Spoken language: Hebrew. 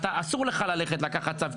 אסור לך ללכת לקחת צו,